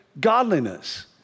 godliness